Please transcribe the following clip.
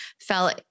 fell